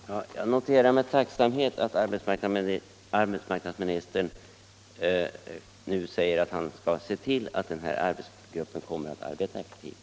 Fru talman! Jag noterar med tacksamhet att arbetsmarknadsministern nu säger att han skall se till att arbetsgruppen kommer att arbeta effektivt.